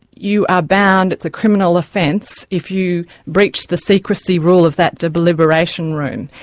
you are bound, it's a criminal offence, if you breach the secrecy rule of that deliberation room.